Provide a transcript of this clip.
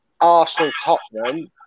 Arsenal-Tottenham